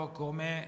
come